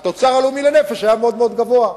אבל התוצר הלאומי לנפש היה מאוד מאוד גבוה.